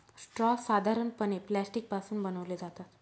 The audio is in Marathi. स्ट्रॉ साधारणपणे प्लास्टिक पासून बनवले जातात